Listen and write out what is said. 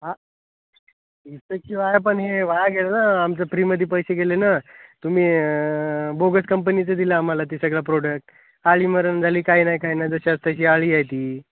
हां वीस टक्के वाया पण हे वाया गेलं ना आमचं फ्रीमध्ये पैसे गेले ना तुम्ही बोगस कंपनीचं दिलं आम्हाला ते सगळं प्रोडक्ट अळी मरेना झाली काय नाही काय नाही जशास तशी अळी आहे ती